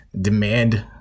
demand